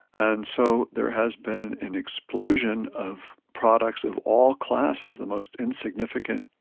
and so there has been an explosion of products of all classes, the most insignificant,